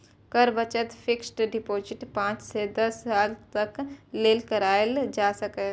कर बचत fixed deposit पांच सं दस साल तक लेल कराएल जा सकैए